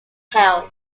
held